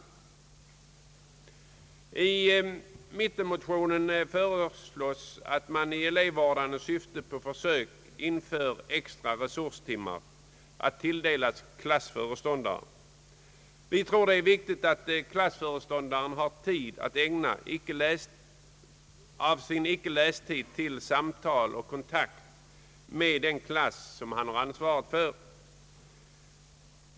I mittenmotionen föreslås, att det i elevvårdande syfte på försök införs extra resurstimmar att tilldelas klassföreståndaren. Vi tror att det är viktigt att klassföreståndaren har tid att ägna icke lästid till samtal och kontakt med den klass som han har ansvaret för.